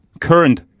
current